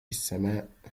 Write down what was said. السماء